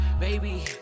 Baby